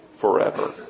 forever